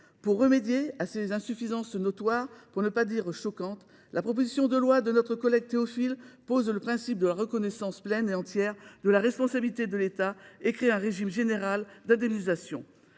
de remédier à ces insuffisances notoires, pour ne pas dire choquantes, la proposition de loi de notre collègue Théophile pose le principe de la reconnaissance pleine et entière de la responsabilité de l’État et crée un régime général d’indemnisation.